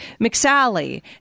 McSally